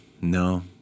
No